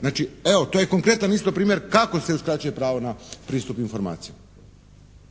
Znači, evo to je konkretan isto primjer kako se uskraćuje pravo na pristup informacijama.